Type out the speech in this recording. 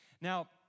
Now